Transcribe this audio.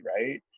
Right